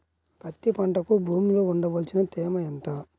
పత్తి పంటకు భూమిలో ఉండవలసిన తేమ ఎంత?